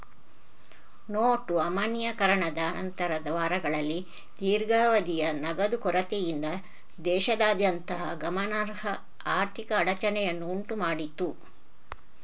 note ಅಮಾನ್ಯೀಕರಣದ ನಂತರದ ವಾರಗಳಲ್ಲಿ ದೀರ್ಘಾವಧಿಯ ನಗದು ಕೊರತೆಯಿಂದ ದೇಶದಾದ್ಯಂತ ಗಮನಾರ್ಹ ಆರ್ಥಿಕ ಅಡಚಣೆಯನ್ನು ಉಂಟು ಮಾಡಿತು